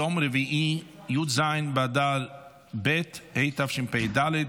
יום רביעי י"ז באדר ב' התשפ"ד,